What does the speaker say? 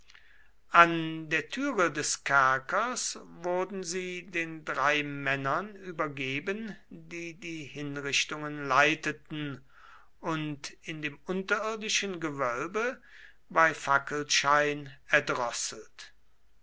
an der türe des kerkers wurden sie den dreimännern übergeben die die hinrichtungen leiteten und in dem unterirdischen gewölbe bei fackelschein erdrosselt